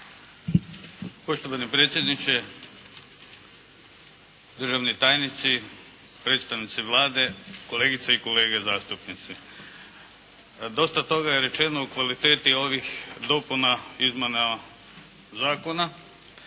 Poštovani predsjedniče, državni tajnici, predstavnici Vlade, kolegice i kolege zastupnici. Dosta toga je rečeno o kvaliteti ovih dopuna izmjena zakona,